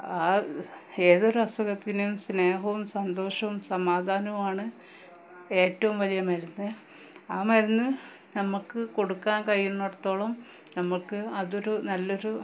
ആ ഏതൊരസുഖത്തിനും സ്നേഹവും സന്തോഷവും സമാധാനവുമാണ് ഏറ്റവും വലിയ മരുന്ന് ആ മരുന്ന് നമുക്ക് കൊടുക്കാൻ കഴിയുന്നിടത്തോളം നമുക്ക് അതൊരു നല്ലൊരു